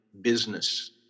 business